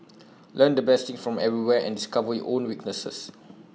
learn the best things from everyone and discover your own weaknesses